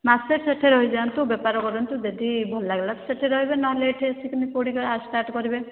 ମାସେ ସେଇଠି ରହି ଯାଆନ୍ତୁ ବେପାର କରନ୍ତୁ ଦେଦି ଭଲ ଲାଗିଲା ତ ସେଇଠି ରହିବେ ନହେଲେ ଏଇଠି ଆସିକିନି କେଉଁଠି ଷ୍ଟାର୍ଟ କରିବେ